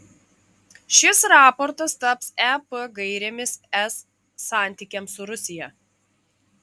šis raportas taps ep gairėmis es santykiams su rusija